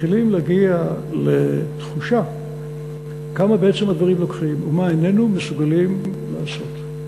מתחילים להגיע לתחושה כמה הדברים לוקחים ומה איננו מסוגלים לעשות.